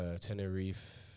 Tenerife